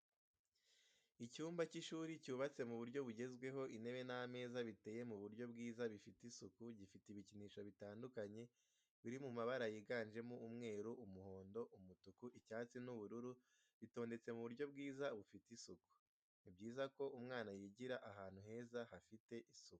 Icyumba cy'ishuri cyubatse mu buryo bugezweho, intebe n'ameza biteye mu buryo bwiza bifite isuku, gifite ibikinisho bitandukanye biri mabara yiganjemo umweru, umuhondo, umutuku, icyatsi n'ubururu bitondetse mu buryo bwiza bufite isuku. Ni byiza ko umwana yigira ahantu heza hafite isuku.